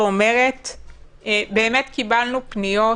קיבלנו פניות